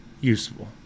useful